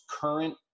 current